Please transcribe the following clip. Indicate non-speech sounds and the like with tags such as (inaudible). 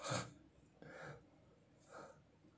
(breath)